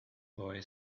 boy